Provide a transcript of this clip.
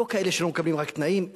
לא כאלה שלא מקבלים רק תנאים,